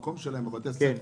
בבתי הספר.